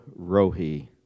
Rohi